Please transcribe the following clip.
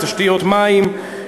לתשתיות מים,